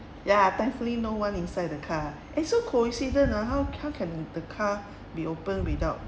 ya thankfully no one inside the car eh so coincident ah how how can the car be open without